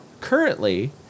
currently